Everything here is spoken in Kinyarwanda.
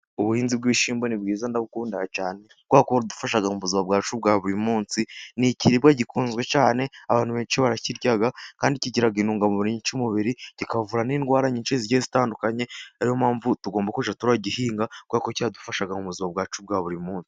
Ubuhinzi bw'ishyimbo ni bwiza ndabukunda cyane, kubera ko budufasha mu buzima bwacu bwa buri munsi. Ni ikiribwa gikunzwe cyane, abantu benshi barakirya, kandi kigira intungamubiri nyinshi mu mubiri, kikavura n'indwara nyinshi zigenda zitandukanye, ariyo mpamvu tugomba kujya tugihinga, kubera ko kidufasha mu buzima bwacu bwa buri munsi.